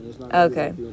Okay